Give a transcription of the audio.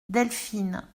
delphine